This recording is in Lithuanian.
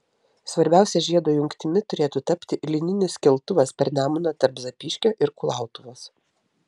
svarbiausia žiedo jungtimi turėtų tapti lyninis keltuvas per nemuną tarp zapyškio ir kulautuvos